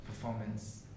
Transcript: performance